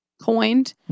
coined